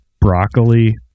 broccoli